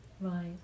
Right